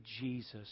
Jesus